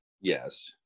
yes